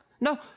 no